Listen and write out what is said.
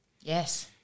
Yes